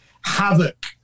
havoc